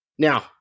Now